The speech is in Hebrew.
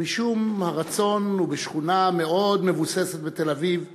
ומשום רצון, בשכונה מאוד מבוססת בתל-אביב,